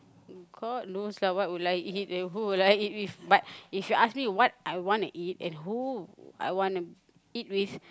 God knows lah what would I eat then who will I eat with but if you ask me what I want to eat and who I want to eat with